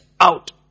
out